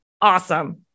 awesome